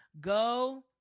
go